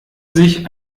sich